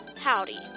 Howdy